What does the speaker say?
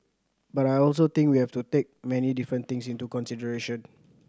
but I also think we have to take many different things into consideration